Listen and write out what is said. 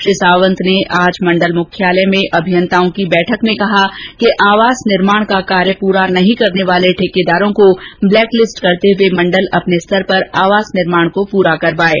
श्री सावंत ने आज मण्डल मुख्यालय में अभियन्ताओं की बैठक को संबोधित करते हुए कहा कि आवास निर्माण का कार्य पूरा नहीं करने वाले ठेकेदारों को ब्लेक लिस्ट करते हुए मण्डल अपने स्तर पर आवास निर्माण को पूरा करवाये